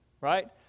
right